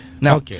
Now